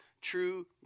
true